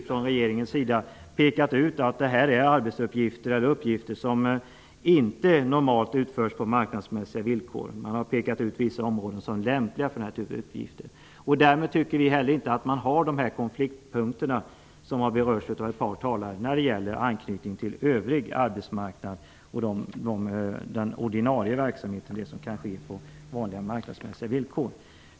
Från regeringens sida har man mycket klart sagt att det är fråga om uppgifter som normalt inte utförs på marknadsmässiga villkor. Man har pekat ut vissa områden som är lämpliga för den här typen av uppgifter. Därmed tycker vi heller inte att de konfliktpunkter finns som har berörts av ett par talare när det gäller anknytning till den övriga arbetsmarknaden och den ordinarie verksamheten -- den som kan ske på vanliga marknadsmässiga villkor.